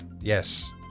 Yes